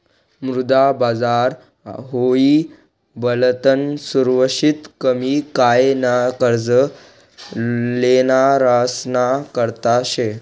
मुद्रा बाजार हाई भलतं सुरक्षित कमी काय न कर्ज लेनारासना करता शे